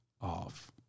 off